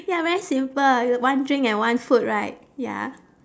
ya very simple one drink and one food right ya